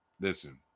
listen